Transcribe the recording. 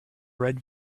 red